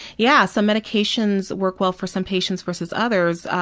yeah some medications work well for some patients versus others.